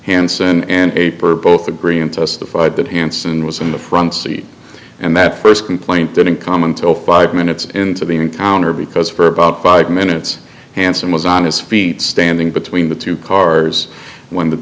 hansen and paper both agreeing testified that hansen was in the front seat and that first complaint didn't common till five minutes into the encounter because for about five minutes hansen was on his feet standing between the two cars when the